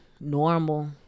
normal